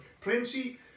plenty